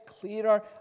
clearer